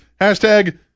Hashtag